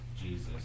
Jesus